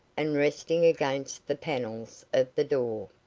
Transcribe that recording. and resting against the panels of the door.